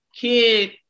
kid